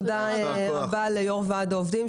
תודה רבה ליו"ר וועד העובדים,